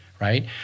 right